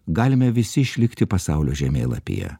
galime visi išlikti pasaulio žemėlapyje